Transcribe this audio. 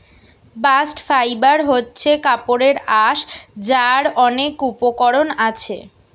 bast fibre হচ্ছে কাপড়ের আঁশ যার অনেক উপকরণ আছে